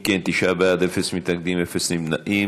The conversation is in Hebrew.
אם כן, תשעה בעד, אין מתנגדים, אין נמנעים.